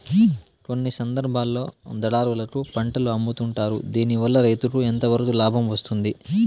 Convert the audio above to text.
కొన్ని సందర్భాల్లో దళారులకు పంటలు అమ్ముతుంటారు దీనివల్ల రైతుకు ఎంతవరకు లాభం వస్తుంది?